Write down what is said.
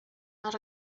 not